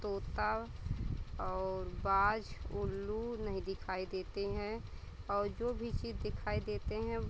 तोता और बाज़ उल्लू नहीं दिखाई देते हैं और जो भी चीज़ दिखाई देते हैं